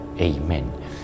Amen